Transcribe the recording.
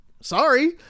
sorry